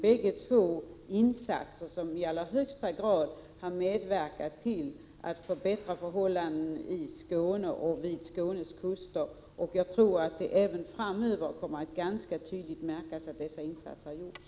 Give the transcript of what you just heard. Båda dessa insatser är åtgärder som i allra högsta grad har medverkat till att förbättra förhållandena i Skåne och i vattnen utanför Skåne. Jag tror att det framöver ganska tydligt kommer att märkas att dessa insatser har gjorts.